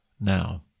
now